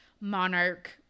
monarch